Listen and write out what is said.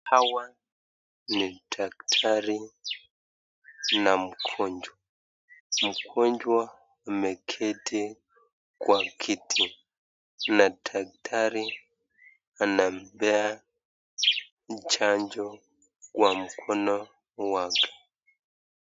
Hawa ni daktari na mgonjwa. Mgonjwa amelala kwa kitanda na daktari anampea chanjo kwa mkono wake.